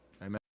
Amen